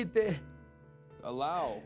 allow